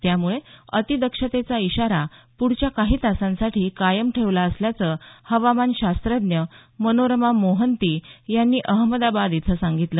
त्यामुळे अतिदक्षतेचा इशारा पुढच्या काही तासांसाठी कायम ठेवला असल्याचं हवामान शास्त्रज्ञ मनोरमा मोहंती यांनी अहमदाबाद इथं सांगितलं